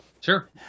Sure